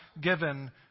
given